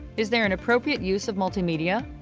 is there an appropriate use of multimedia?